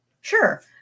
Sure